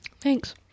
Thanks